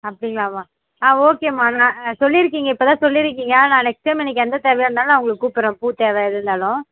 அப்படிங்களாம்மா ஆ ஓகேம்மா நான் சொல்லியிருக்கீங்க இப்போ தான் சொல்லியிருக்கீங்க நான் நெக்ஸ்ட் டைம் எனக்கு எந்த தேவையாக இருந்தாலும் நான் உங்களை கூப்பிர்றேன் பூ தேவை எது இருந்தாலும்